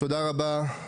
תודה רבה, אדוני.